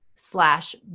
slash